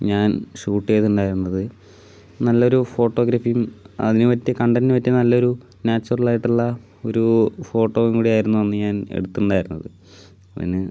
ഞാൻ ഷൂട്ട് ചെയ്തിട്ടുണ്ടായിരുന്നത് നല്ലൊരു ഫോട്ടോഗ്രാഫിയും അതിന് പറ്റിയ കണ്ടെൻറ്റ് മറ്റേ നല്ലൊരു നാച്ചുറൽ ആയിട്ടുള്ള ഒരു ഫോട്ടോയും കൂടിയായിരുന്നു അന്ന് ഞാൻ എടുത്തിട്ടുണ്ടായിരുന്നത് പിന്നെ